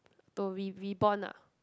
to re~ reborn ah